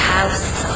House